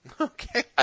Okay